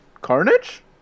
Carnage